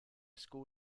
school